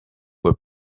were